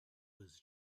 was